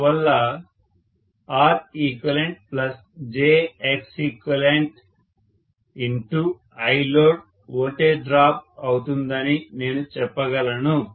అందువల్ల ReqjXeqILoad voltage drop అవుతుందని నేను చెప్పగలను